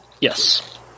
Yes